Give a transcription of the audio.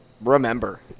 remember